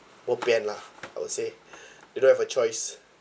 bo pian lah I would say you don't have a choice